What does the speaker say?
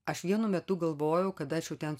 aš vienu metu galvojau kad aš jau ten